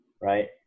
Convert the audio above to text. right